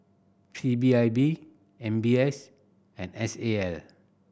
P B I B M B S and S A L